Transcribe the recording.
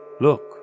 Look